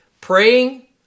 praying